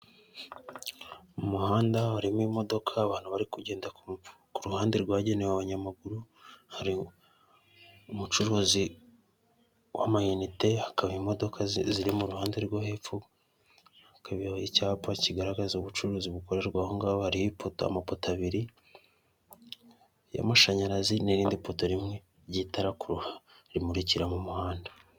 Mu muhanda harimo imodoka, abantu bari kugenda ku ruhande rwagenewe abanyamaguru ,hari umucuruzi w'amayinite, hakaba imodoka ziri mu ruhande rwo hepfo, hakabaho icyapa kigaragaza ubucuruzi bukorerwa ahongaho, hariho amapoto abiriy'amashanyarazi, n'irindi poto rimwe ry'itara kuruhande rimurikira mu muhanda.